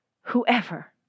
whoever